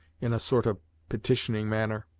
in a sort of petitioning manner.